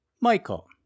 Michael